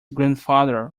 grandfather